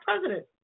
president